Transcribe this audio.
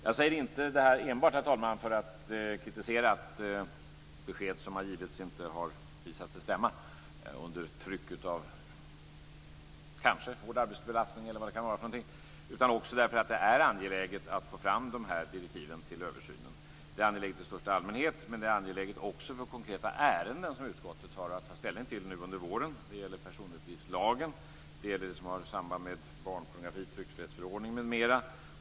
Jag säger inte detta enbart för att kritisera att besked som har givits inte har visat sig stämma - kanske beroende på tryck av hård arbetsbelastning eller vad det kan vara för någonting - utan också därför att det är angeläget att få fram de här direktiven till översynen. Det är angeläget i största allmänhet, men också för konkreta ärenden som utskottet har att ta ställning till nu under våren. Det gäller personuppgiftslagen, det som har samband med barnpornografi och tryckfrihetsförordningen m.m.